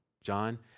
John